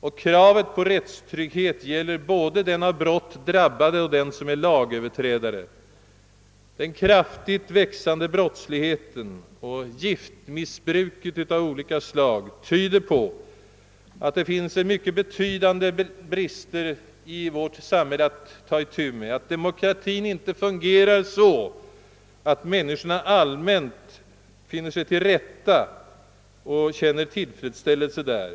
Och kravet på rättstrygghet gäller både den av brott drabbade och den som är lagöverträdare. Den kraftigt växande brottsligheten och det ökande missbruket av gifter av olika slag tyder på att det finns mycket betydande brister i vårt samhälle och att demokratin inte fungerar så, att människorna allmänt finner sig till rätta och känner tillfredsställelse där.